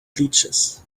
bleachers